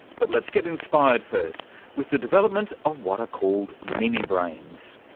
but let's get inspired first with the development of what are called mini-brains.